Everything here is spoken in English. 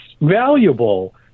valuable